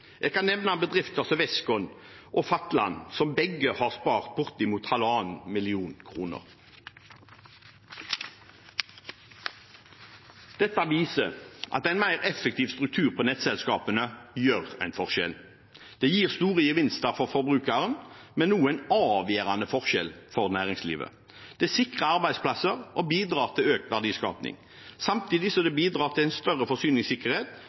Jeg kan nevne bedrifter som Westcon og Fatland, som begge har spart bortimot 1,5 mill. kr. Dette viser at en mer effektiv struktur på nettselskapene gjør en forskjell. Det gir store gevinster for forbrukeren, men utgjør også en avgjørende forskjell for næringslivet. Det sikrer arbeidsplasser og bidrar til økt verdiskaping, samtidig som det bidrar til en større forsyningssikkerhet